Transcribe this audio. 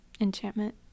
enchantment